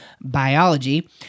biology